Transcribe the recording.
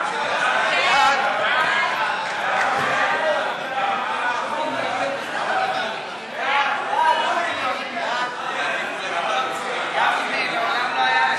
ההצעה להעביר את הצעת חוק ייצוג הולם של יהודים בני המגזר החרדי